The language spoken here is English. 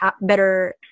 better